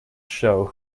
show